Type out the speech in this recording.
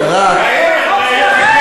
זה חוק שלכם.